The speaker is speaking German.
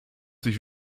sich